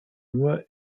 nur